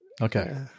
Okay